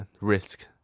risk